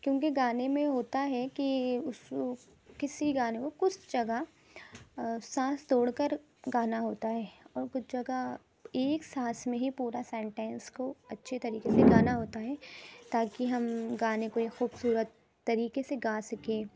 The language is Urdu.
کیونکہ گانے میں ہوتا ہے کہ اس کسی گانے میں کچھ جگہ سانس توڑ کر گانا ہوتا ہے اور کچھ جگہ ایک سانس میں ہی پورا سنٹینس کو اچھے طریقے سے گانا ہوتا ہے تاکہ ہم گانے کو خوبصورت طریقے سے گا سکیں